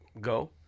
go